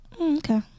Okay